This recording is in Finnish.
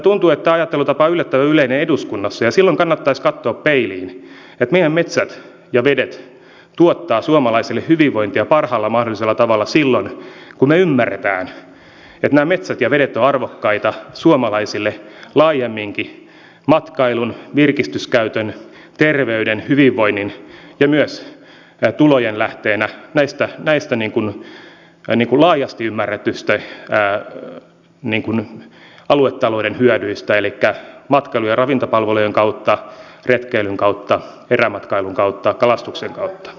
tuntuu että tämä ajattelutapa on yllättävän yleinen eduskunnassa ja silloin kannattaisi katsoa peiliin meidän metsät ja vedet tuottavat suomalaisille hyvinvointia parhaalla mahdollisella tavalla silloin kun me ymmärrämme että nämä metsät ja vedet ovat arvokkaita suomalaisille laajemminkin matkailun virkistyskäytön terveyden hyvinvoinnin ja myös tulojen lähteenä näistä laajasti ymmärretyistä aluetalouden hyödyistä elikkä matkailu ja ravintolapalveluiden kautta retkeilyn kautta erämatkailun kautta kalastuksen kautta